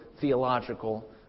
theological